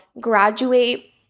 graduate